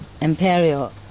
Imperial